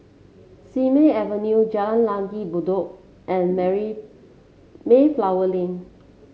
Simei Avenue Jalan Langgar Bedok and marry Mayflower Lane